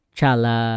Chala